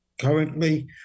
currently